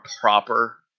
proper